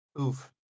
Oof